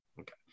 Okay